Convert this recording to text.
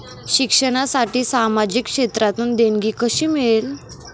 शिक्षणासाठी सामाजिक क्षेत्रातून देणगी कशी मिळेल?